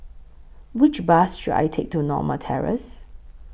Which Bus should I Take to Norma Terrace